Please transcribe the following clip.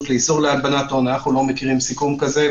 לאיסור הלבנת הון אנחנו לא מכירים סיכום כזה,